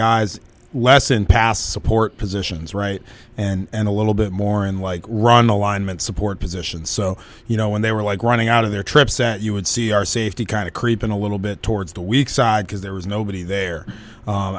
guys less in past support positions right and a little bit more in like run alignment support positions so you know when they were like running out of their trips you would see our safety kind of creep in a little bit towards the weak side because there was nobody there